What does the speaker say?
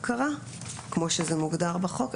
כמו שזה מוגדר בחוק?